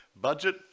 Budget